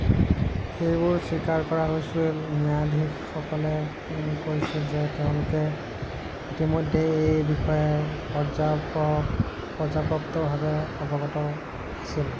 এইবোৰ স্বীকাৰ কৰা হৈছিল ন্যায়াধীশসকলে কৈছিল যে তেওঁলোকে ইতিমধ্যে এই বিষয়ে পৰ্যাপ পৰ্যাপ্তভাৱে অৱগত আছিল